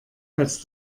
als